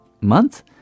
month